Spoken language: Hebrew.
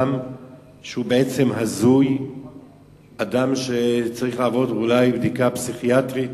הבן-אדם צריך לעבור בדיקה פסיכיאטרית.